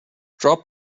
drop